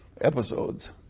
episodes